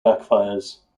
backfires